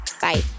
Bye